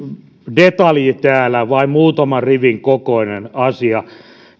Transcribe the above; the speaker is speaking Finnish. detalji täällä vain muutaman rivin kokoinen asia